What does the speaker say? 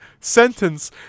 sentence